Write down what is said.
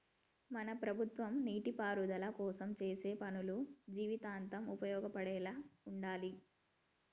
మన ప్రభుత్వం నీటిపారుదల కోసం చేసే పనులు జీవితాంతం ఉపయోగపడేలా ఉండాలి